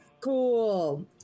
cool